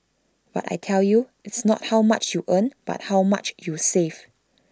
but I tell you it's not how much you earn but how much you save